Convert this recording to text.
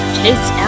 Chase